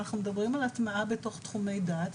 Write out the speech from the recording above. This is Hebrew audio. אנחנו מדברים על הטמעה בתוך תחומי דעת.